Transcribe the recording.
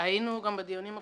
היינו גם בדיונים הקודמים,